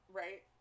right